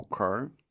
Okay